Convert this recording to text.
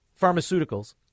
pharmaceuticals